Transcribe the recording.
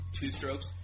Two-strokes